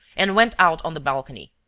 and went out on the balcony.